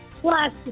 Plus